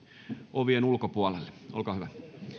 ovien ulkopuolelle olkaa hyvä